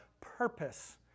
purpose